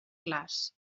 clars